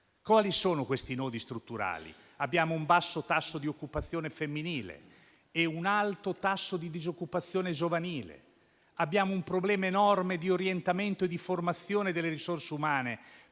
Quali sono questi nodi strutturali? Abbiamo un basso tasso di occupazione femminile e un alto tasso di disoccupazione giovanile; abbiamo un problema enorme di orientamento e di formazione delle risorse umane,